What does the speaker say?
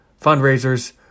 fundraisers